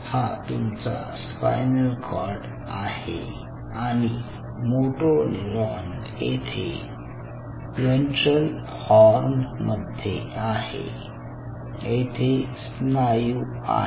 हा तुमचा spinal cord आहे आणि मोटो न्यूरॉन येथे व्हेंट्रल हॉर्न मध्ये आहे येथे स्नायू आहेत